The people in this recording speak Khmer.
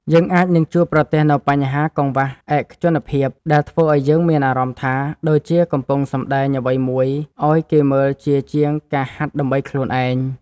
យើងអាចនឹងជួបប្រទះនូវបញ្ហាកង្វះឯកជនភាព ដែលធ្វើឱ្យយើងមានអារម្មណ៍ថា ដូចជាកំពុងសម្ដែងអ្វីមួយឱ្យគេមើលជាជាងការហាត់ដើម្បីខ្លួនឯង។